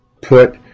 put